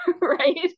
right